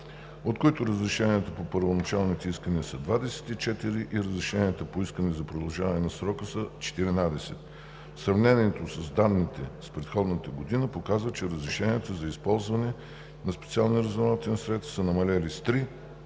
от които разрешенията по първоначалните искания са 24 и разрешенията по искания за продължаване на срока са 14. Сравняването на данните с предходната година показва, че разрешенията за използване на специални разузнавателни средства са намалели с 3,